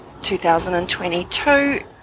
2022